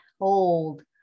hold